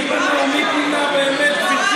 מי פינה, מי בנה, מי בנה ומי פינה, באמת, גברתי